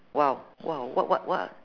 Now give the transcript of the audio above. !wow! !wow! what what what